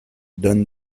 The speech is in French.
donne